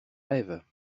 rêves